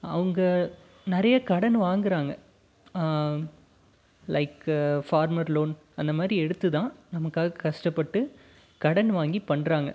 அவங்க நிறைய கடன் வாங்கிறாங்க லைக்கு ஃபார்மர் லோன் அந்த மாதிரி எடுத்து தான் நமக்காக கஷ்டப்பட்டு கடன் வாங்கி பண்ணுறாங்க